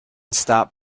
stop